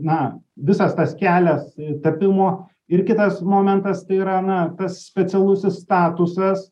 na visas tas kelias tapimo ir kitas momentas tai yra na tas specialusis statusas